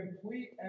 Complete